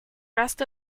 rest